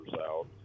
out